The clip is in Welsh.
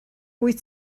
wyt